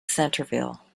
centreville